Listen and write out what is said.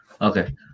Okay